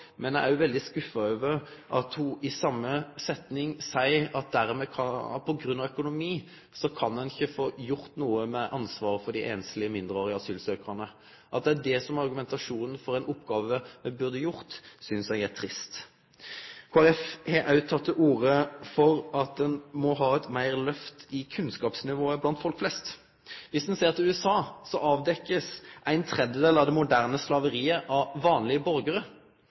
Men eg er òg veldig skuffa over at ho i same setninga sa at på grunn av økonomi kan ein ikkje få gjort noko med ansvaret for dei einslege mindreårige asylsøkjarane. At det er argumentasjonen for ei oppgåve ein burde gjort, synest eg er trist. Kristeleg Folkeparti har òg teke til orde for at ein må få eit lyft i kunnskapsnivået blant folk flest. Dersom ein ser til USA, blir ein tredjedel av det moderne slaveriet avdekt av vanlege borgarar.